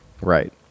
Right